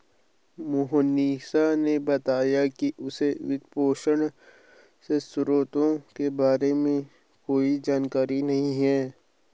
मोहनीश ने बताया कि उसे वित्तपोषण के स्रोतों के बारे में कोई जानकारी नही है